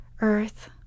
Earth